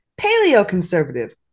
paleoconservative